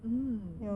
mm